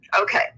okay